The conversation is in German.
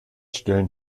stellen